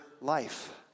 life